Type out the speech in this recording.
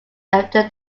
after